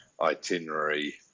itinerary